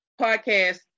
podcast